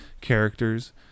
characters